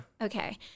okay